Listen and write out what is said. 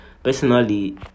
Personally